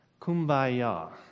Kumbaya